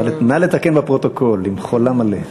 נא לתקן בפרוטוקול עם חולם מלא.